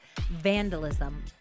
vandalism